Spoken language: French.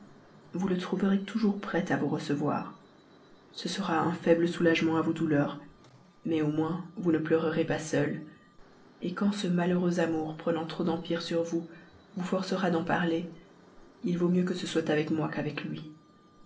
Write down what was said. vous le trouverez toujours prêt à vous recevoir venez avec confiance vous y reposer de vos cruelles agitations ce sera un faible soulagement à vos douleurs mais au moins vous ne pleurerez pas seule quand ce malheureux amour prenant trop d'empire sur vous vous forcera d'en parler il vaut mieux que ce soit avec moi qu'avec lui